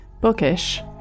Bookish